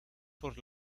por